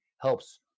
helps